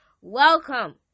Welcome